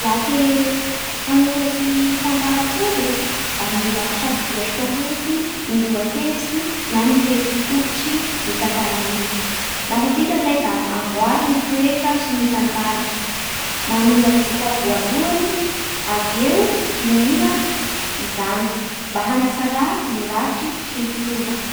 Laha te hanoratsy tantara fohy e da mila safidia soa heky ny lohahevitsy na ny hevitsy fototsy ny tantara igny, lafa vita zay da amboaro ny toetra sy ny tantara, mannoratsy dika voalohany dia avy eo diniha izany mba ha natsara ny rafitry sy ny fomba.